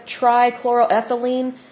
trichloroethylene